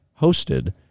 hosted